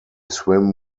swim